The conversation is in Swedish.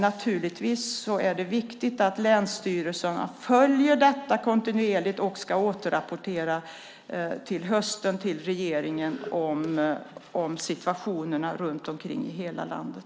Naturligtvis är det viktigt att länsstyrelserna följer upp detta kontinuerligt, och de ska till hösten återrapportera till regeringen om situationen i hela landet.